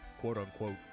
quote-unquote